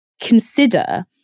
consider